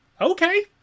Okay